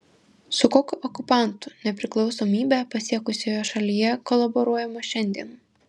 su kokiu okupantu nepriklausomybę pasiekusioje šalyje kolaboruojama šiandien